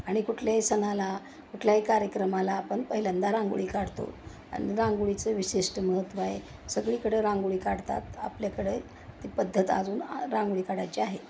आणि कुठल्याही सणाला कुठल्याही कार्यक्रमाला आपण पहिल्यांदा रांगोळी काढतो आणि रांगोळीचं विशिष्ट महत्त्व आहे सगळीकडं रांगोळी काढतात आपल्याकडेही ती पद्धत अजून रांगोळी काढायची आहे